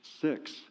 six